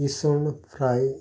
इसवण फ्राय